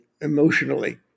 emotionally